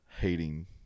hating